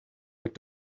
but